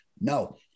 No